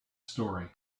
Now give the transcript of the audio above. story